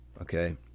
Okay